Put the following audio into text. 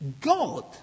god